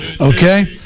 Okay